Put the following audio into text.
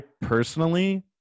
personally